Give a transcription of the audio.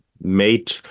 made